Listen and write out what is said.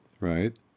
right